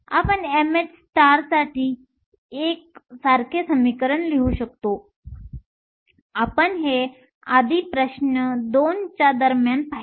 आपणmh साठी एक सारखे समीकरण लिहू शकतो आपण ते आधी प्रश्न २ च्या दरम्यान पाहिले